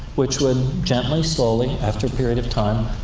which would gently, slowly, after a period of time,